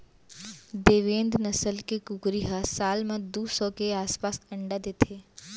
देवेन्द नसल के कुकरी ह साल म दू सौ के आसपास अंडा देथे